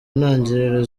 ntangiriro